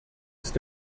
ist